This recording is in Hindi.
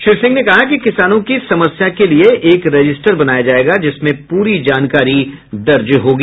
श्री सिंह ने कहा कि किसानों की समस्या के लिये एक रजिस्टर बनाया जायेगा जिसमें प्ररी जानकारी दर्ज होगी